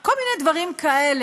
כל מיני דברים כאלה.